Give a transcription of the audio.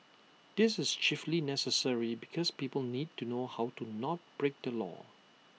this is chiefly necessary because people need to know how to not break the law